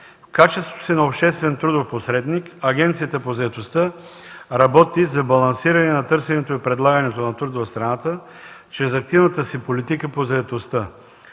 В качеството си на обществен трудов посредник Агенцията по заетостта работи за балансиране на търсенето и предлагането на труд в страна чрез активната си политика по заетостта.